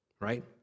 right